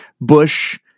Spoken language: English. Bush